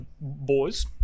Boys